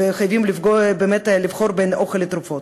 וחייבים לבחור בין אוכל לתרופות.